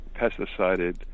pesticided